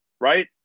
right